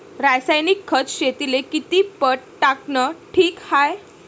रासायनिक खत शेतीले किती पट टाकनं ठीक हाये?